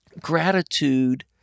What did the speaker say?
Gratitude